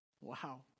Wow